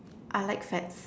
I like fats